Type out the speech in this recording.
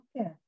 Okay